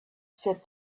said